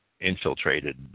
infiltrated